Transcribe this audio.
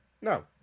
No